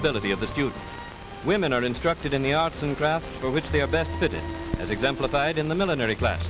ability of the few women are instructed in the arts and crafts for which they are best fitted as exemplified in the millinery class